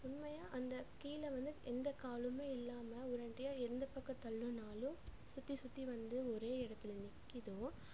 உண்மையாக அந்த கீழே வந்து எந்த காலும் இல்லாமல் உடனடியாக எந்த பக்கம் தள்ளினாலும் சுற்றி சுற்றி வந்து ஒரே இடத்துல நிற்கிதோ